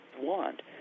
want